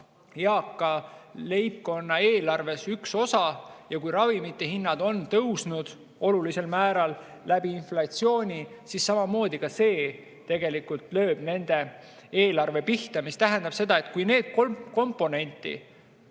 eaka leibkonna eelarves üks osa. Kui ravimite hinnad on tõusnud olulisel määral inflatsiooni tõttu, siis samamoodi ka see tegelikult lööb nende eelarve pihta. See tähendab seda, et kui need kolm komponenti